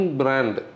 brand